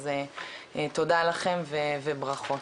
אז תודה לכם וברכות.